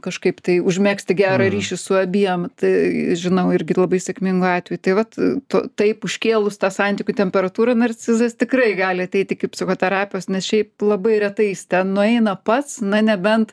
kažkaip tai užmegzti gerą ryšį su abiem tai žinau irgi labai sėkmingų atvejų tai vat to taip užkėlus tą santykių temperatūrą narcizas tikrai gali ateit iki psichoterapijos nes šiaip labai retai is ten nueina pats na nebent